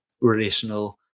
relational